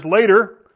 later